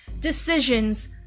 decisions